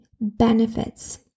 benefits